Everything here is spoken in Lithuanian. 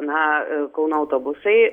na kauno autobusai